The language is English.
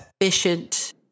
efficient